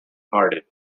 hearted